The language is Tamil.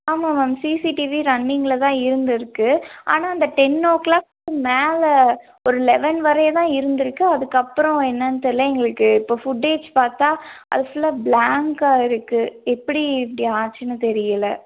ஆமாம் மேம் சிசிடிவி ரன்னிங்கில் தான் இருந்துருக்கு ஆனால் அந்த டென் ஓ க்ளாக்குக்கு மேலே ஒரு லெவன் வரையும் தான் இருந்துருக்கு அதற்கப்பறம் என்னான்னு தெரியலை எங்களுக்கு இப்போ ஃபுட்டேஜ் பார்த்தா அது புல்லாக ப்ளாங்க்காக இருக்கு எப்படி இப்படி ஆச்சுன்னு தெரியலை